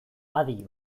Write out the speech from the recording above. adi